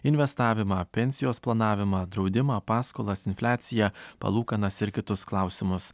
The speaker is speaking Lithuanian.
investavimą pensijos planavimą draudimą paskolas infliaciją palūkanas ir kitus klausimus